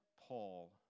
Paul